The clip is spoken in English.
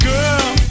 Girl